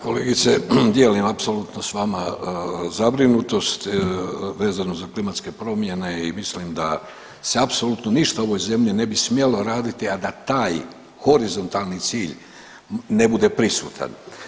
Ja kolegice dijelim apsolutno s vama zabrinutost vezano za klimatske promjene i mislim da se apsolutno ništa u ovoj zemlji ne bi smjelo raditi, a da taj horizontalni cilj ne bude prisutan.